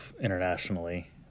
internationally